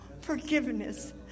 Forgiveness